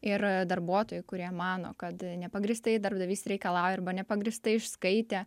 ir darbuotojai kurie mano kad nepagrįstai darbdavys reikalauja arba nepagrįstai išskaitė